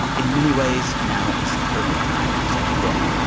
in many ways, now is the perfect time for such a book.